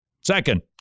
Second